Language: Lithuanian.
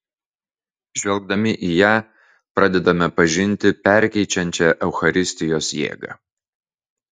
žvelgdami į ją pradedame pažinti perkeičiančią eucharistijos jėgą